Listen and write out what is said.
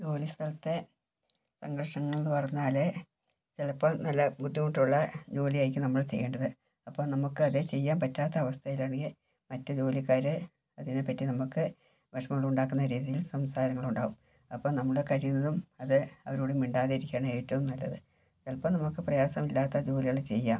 ജോലി സ്ഥലത്തെ സംഘർഷങ്ങൾ എന്ന് പറഞ്ഞാൽ ചിലപ്പം നല്ല ബുദ്ധിമുട്ടുള്ള ജോലിയായിരിക്കും നമ്മൾ ചെയ്യേണ്ടത് അപ്പോൾ നമുക്ക് അത് ചെയ്യാൻ പറ്റാത്ത അവസ്ഥയിലാണെങ്കിൽ മറ്റ് ജോലിക്കാരെ അതിനെ പറ്റി നമുക്ക് വിഷമങ്ങളുണ്ടാക്കുന്ന രീതിയിൽ സംസാരങ്ങളുണ്ടാകും അപ്പം നമ്മൾ കഴിയുന്നതും അത് അവരോട് മിണ്ടാതിരിക്കുകയാണ് ഏറ്റവും നല്ലത് ചിലപ്പം നമുക്ക് പ്രയാസമില്ലാത്ത ജോലികൾ ചെയ്യാം